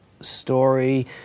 story